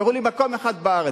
תראו לי מקום אחד בארץ,